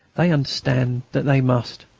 they understand that they must.